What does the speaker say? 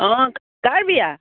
অঁ কাৰ বিয়া